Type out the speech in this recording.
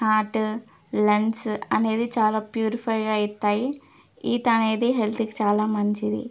heart lungs అనేది చాలా purifier అవుతాయి ఈత అనేది హెల్త్కి చాలా మంచిది